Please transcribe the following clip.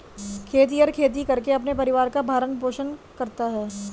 खेतिहर खेती करके अपने परिवार का भरण पोषण करता है